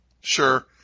sure